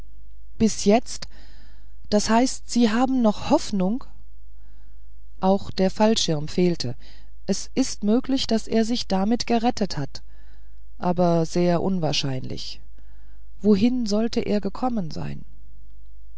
bis jetzt das heißt sie haben noch eine hoffnung auch der fallschirm fehlte es ist möglich daß er sich damit gerettet hat aber sehr unwahrscheinlich wohin sollte er gekommen sein